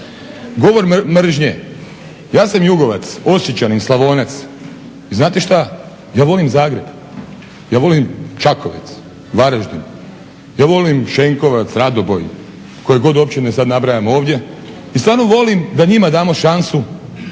Govor mržnje – ja sam jugovac, Osječanin, Slavonac i znate šta? Ja volim Zagreb, ja volim Čakovec, Varaždin, ja volim Šenkovac, Radoboj koje god općine sad nabrajam ovdje i stvarno volim da njima damo šansu